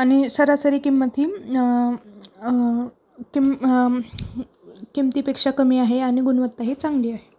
आणि सरासरी किंमत अं अं अं ह किम किमतीपेक्षा कमी आहे आणि गुणवत्ता ही चांगली आहे